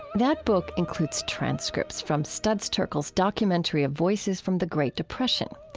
that book includes transcripts from studs terkel's documentary of voices from the great depression.